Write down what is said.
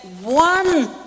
one